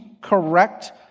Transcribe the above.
correct